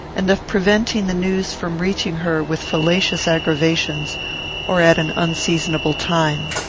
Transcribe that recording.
and of preventing the news from reaching her with fallacious aggravations or at an unseasonable time.